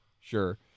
sure